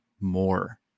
more